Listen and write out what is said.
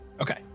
Okay